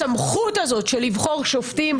הסמכות הזאת לבחור שופטים,